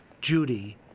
Judy